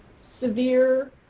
severe